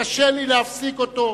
וקשה לי להפסיק אותך.